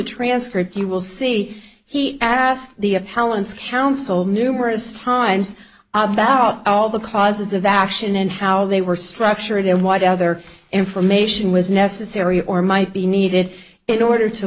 transcript you will see he asked the appellant's counsel numerous times about all the causes of action and how they were structured and what other information was necessary or might be needed in order to